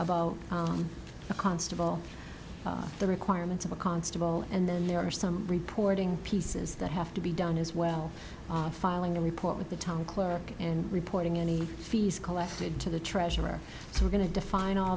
about the constable the requirements of a constable and then there are some reporting pieces that have to be done as well filing a report with the town clerk and reporting any fees collected to the treasurer so we're going to define all